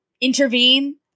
Intervene